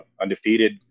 undefeated